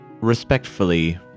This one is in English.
respectfully